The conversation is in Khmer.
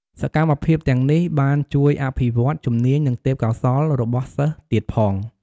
សកម្មភាពទាំងនេះ បានជួយអភិវឌ្ឍជំនាញ និងទេពកោសល្យរបស់សិស្សទៀតផង។